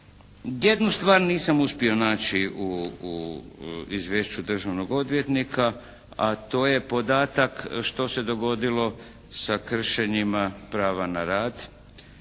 Jednu stvar nisam uspio naći u izvješću državnog odvjetnika, a to je podatak što se dogodilo sa kršenjima prava na rad